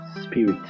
Spirit